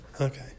Okay